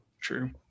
True